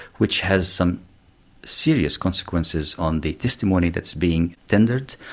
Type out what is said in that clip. which has some serious consequences on the testimony that's being tendered.